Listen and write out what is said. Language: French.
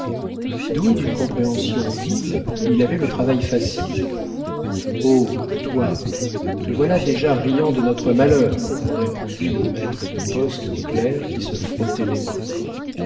doué d'une compréhension vive il avait le travail facile oh toi te voilà déjà riant de notre malheur répondit le maître de poste au clerc qui se frottait les mains